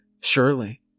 surely